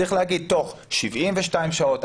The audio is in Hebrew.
צריך להגיד: תוך 72 שעות,